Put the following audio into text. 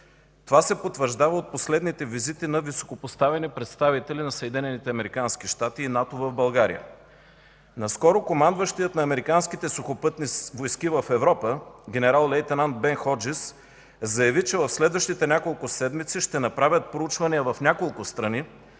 Това се потвърждава от последните визити на високопоставени представители на Съединените американски щати и на НАТО в България. Наскоро командващият Американските сухопътни войски в Европа генерал-лейтенант Бен Ходжис заяви, че в следващите няколко седмици ще направят проучвания в няколко страни,